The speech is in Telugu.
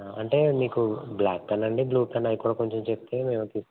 అంటే మీకు బ్లాక్ పెన్నా అండి బ్లూ పెన్నా అవి కూడా కొంచెం చెప్తే మేము